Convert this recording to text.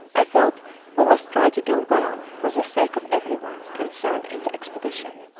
i felt we must try to do well for the sake of every one concerned in the expedition.